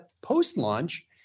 post-launch